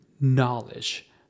knowledge